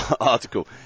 article